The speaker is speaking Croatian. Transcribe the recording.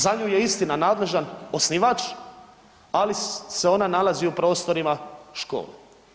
Za nju je istina nadležan osnivač, ali se ona nalazi u prostorima škole.